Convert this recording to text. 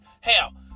Hell